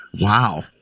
Wow